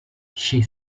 she